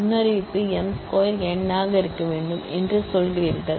முன்னறிவிப்பு m square n ஆக இருக்க வேண்டும் என்று சொல்கிறீர்கள்